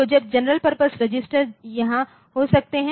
तो जब general purpose register यहाँ हो सकते हैं